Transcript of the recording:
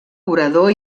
orador